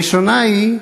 הראשונה היא: